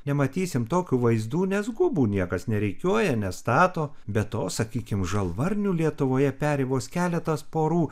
nematysim tokių vaizdų nes gubų niekas nerikiuoja nestato be to sakykime žalvarnių lietuvoje peri vos keletas porų